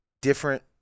different